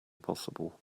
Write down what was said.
possible